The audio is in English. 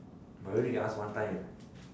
bro you only can ask one time